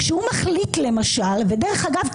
כשהוא מחליט למשל - ודרך אגב,